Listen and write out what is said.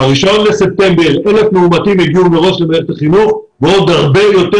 ב-1 בספטמבר 1,000 מאומתים הגיעו למערכת החינוך ועוד הרבה יותר